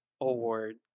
Award